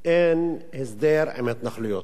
אין הסדר עם ההתנחלויות.